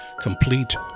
complete